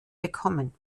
bekommen